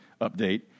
update